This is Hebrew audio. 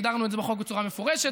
והגדרנו את זה בחוק בצורה מפורשת,